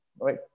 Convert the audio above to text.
right